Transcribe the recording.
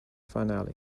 finale